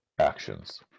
actions